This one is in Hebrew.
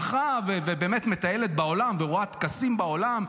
היא הלכה ובאמת מטיילת בעולם ורואה טקסים בעולם,